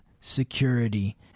security